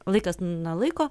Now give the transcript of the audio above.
laikas nuo laiko